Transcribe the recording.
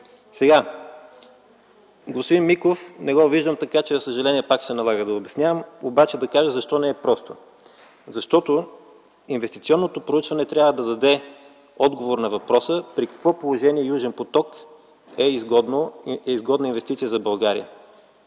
ни. Господин Миков – не го виждам, така че за съжаление пак се налага да обяснявам. Но да кажа защо не е просто. Защото инвестиционното проучване трябва да даде отговор на въпроса при какво положение „Южен поток” е изгодна инвестиция за България.